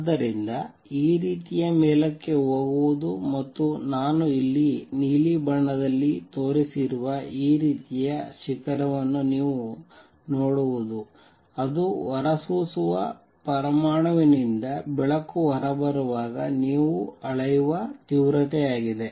ಆದ್ದರಿಂದ ಈ ರೀತಿಯ ಮೇಲಕ್ಕೆ ಹೋಗುವುದು ಮತ್ತು ನಾನು ನೀಲಿ ಬಣ್ಣದಲ್ಲಿ ತೋರಿಸಿರುವ ಈ ರೀತಿಯ ಶಿಖರವನ್ನು ನೀವು ನೋಡುವುದು ಅದು ಹೊರಸೂಸುವ ಪರಮಾಣುವಿನಿಂದ ಬೆಳಕು ಹೊರಬರುವಾಗ ನೀವು ಅಳೆಯುವ ತೀವ್ರತೆಯಾಗಿದೆ